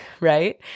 right